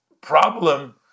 problem